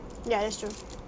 ya that's true